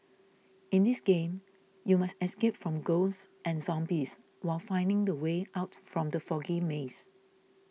in this game you must escape from ghosts and zombies while finding the way out from the foggy maze